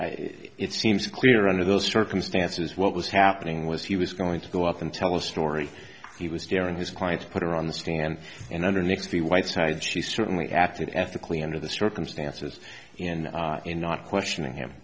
i it seems clear under those circumstances what was happening was he was going to go up and tell a story he was scaring his client to put her on the stand and under nix the whiteside she certainly acted ethically under the circumstances in not questioning him